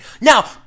Now